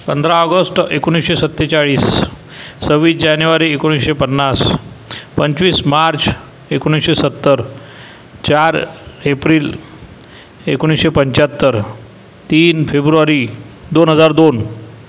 पंधरा ऑगस्ट एकोणिसशे सत्तेचाळीस सव्वीस जानेवारी एकोणिसशे पन्नास पंचवीस मार्च एकोणिसशे सत्तर चार एप्रिल एकोणिसशे पंच्याहत्तर तीन फेब्रुवारी दोन हजार दोन